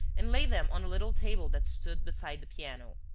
and laid them on a little table that stood beside the piano.